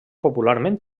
popularment